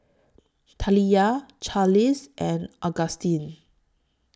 Taliyah Charlize and Agustin